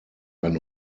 ein